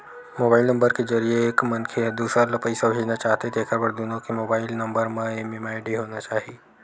mobile number के जरिए एक मनखे ह दूसर ल पइसा भेजना चाहथे तेखर बर दुनो के मोबईल नंबर म एम.एम.आई.डी होना चाही